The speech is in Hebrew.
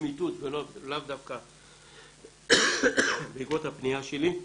לצמיתות ולאו דווקא בעקבות הפניה שלי.